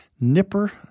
Nipper